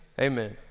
Amen